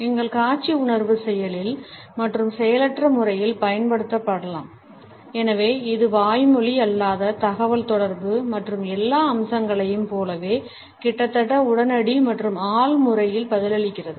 எங்கள் காட்சி உணர்வு செயலில் மற்றும் செயலற்ற முறையில் பயன்படுத்தப்படலாம் எனவே இது வாய்மொழி அல்லாத தகவல்தொடர்பு மற்ற எல்லா அம்சங்களையும் போலவே கிட்டத்தட்ட உடனடி மற்றும் ஆழ் முறையில் பதிலளிக்கிறது